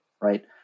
Right